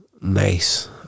nice